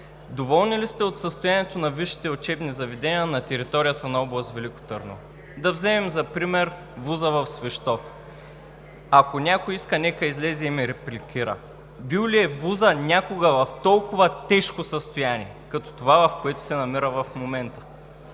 Доволни ли сте от състоянието на висшите учебни заведения на територията на област Велико Търново? Да вземем за пример ВУЗ-а в Свищов. Ако някой иска, нека излезе и ме репликира, бил ли е ВУЗ-ът някога в толкова тежко състояние като това, в което се намира в момента,